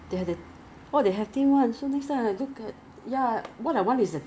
like physical shop because probably because online right 他们不用还 rental fee